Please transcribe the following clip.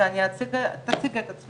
אבל אם להתייחס לשאלה שלך על המטרו